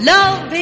Love